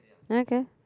okay